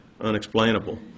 unexplainable